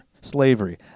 slavery